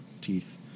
teeth